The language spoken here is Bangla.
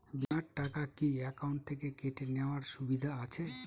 বিমার টাকা কি অ্যাকাউন্ট থেকে কেটে নেওয়ার সুবিধা আছে?